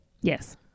yes